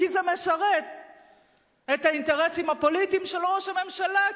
כי זה משרת את האינטרסים הפוליטיים של ראש הממשלה,